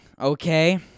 okay